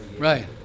Right